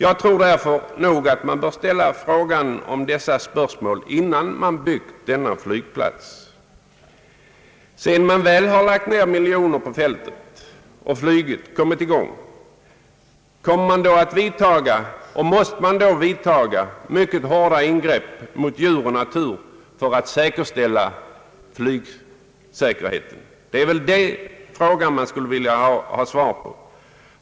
Jag tror för min del att man bör klara ut dessa frågor innan man bygger flygplatsen. Sedan man väl lagt ner miljoner på fältet och flygtrafiken börjat, måste man då göra mycket hårda ingrepp i naturen och mot djurlivet för att tillgodose flygsäkerheten? Det är den frågan jag skulle vilja ha svar på.